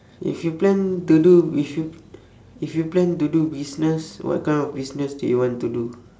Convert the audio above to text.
if you plan to do if you if you plan to do business what kind of business do you want to do